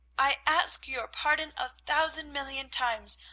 i ask your pardon a thousand, million times!